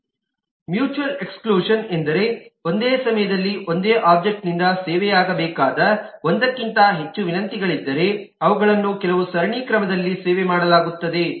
mutual mutual exclusion ಎಂದರೆ ಒಂದೇ ಸಮಯದಲ್ಲಿ ಒಂದೇ ಒಬ್ಜೆಕ್ಟ್ನಿಂದ ಸೇವೆಯಾಗಬೇಕಾದ ಒಂದಕ್ಕಿಂತ ಹೆಚ್ಚು ವಿನಂತಿಗಳಿದ್ದರೆ ಅವುಗಳನ್ನು ಕೆಲವು ಸರಣಿ ಕ್ರಮದಲ್ಲಿ ಸೇವೆ ಮಾಡಲಾಗುತ್ತದೆ